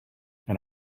and